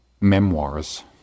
memoirs